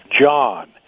John